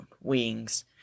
wings